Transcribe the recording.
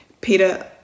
Peter